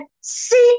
seek